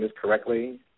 correctly